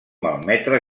malmetre